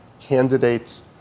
candidates